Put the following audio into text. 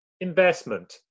investment